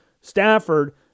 Stafford